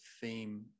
theme